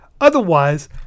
Otherwise